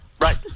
Right